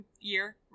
year